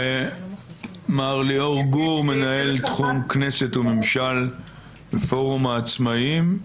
מר ליאור גור מנהל תחום כנסת ומימשל ופורום העצמאיים,